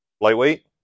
Lightweight